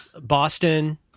Boston